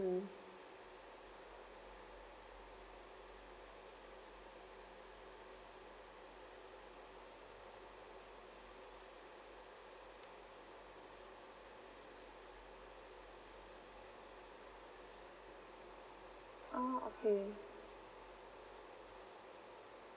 mm oh okay